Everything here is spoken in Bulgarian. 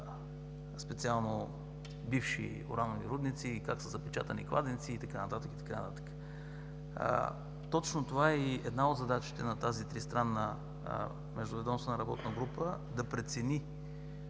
специално на бивши уранови рудници, как са запечатани кладенци и така нататък, и така нататък. Точно това е и една от задачите на тази Тристранна междуведомствена работна група – да прецени